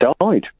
died